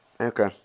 Okay